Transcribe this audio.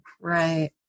Right